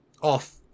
off